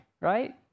right